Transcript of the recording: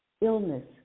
illness